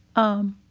um,